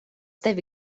tevi